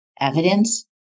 evidence